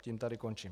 Tím tady končím.